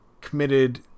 committed